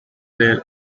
their